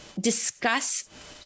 discuss